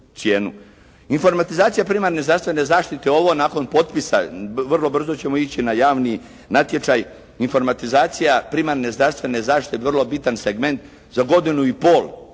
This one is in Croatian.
Informatizacija primarne zdravstvene zaštite ovo nakon potpisa, vrlo brzo ćemo ići na javni natječaj informatizacija primarne zdravstvene zaštite, vrlo bitan segment, za godinu i pol,